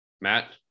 Matt